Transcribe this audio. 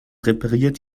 repariert